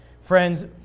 Friends